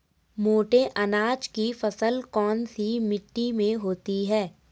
मोटे अनाज की फसल कौन सी मिट्टी में होती है?